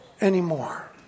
anymore